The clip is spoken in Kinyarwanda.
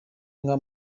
inka